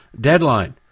deadline